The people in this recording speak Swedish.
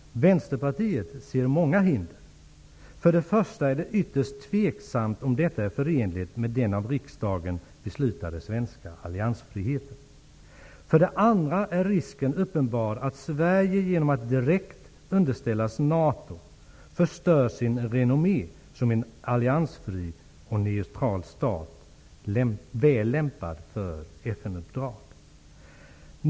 Vänsterpartiet ser många hinder. För det första är det ytterst tveksamt om detta är förenligt med den av riksdagen beslutade svenska alliansfriheten. För det andra än risken uppenbar att Sverige genom att direkt underställas NATO förstör sin renommé som en alliansfri och neutral stat väl lämpad för FN-uppdrag.